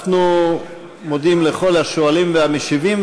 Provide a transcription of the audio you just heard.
אנחנו מודים לכל השואלים והמשיבים.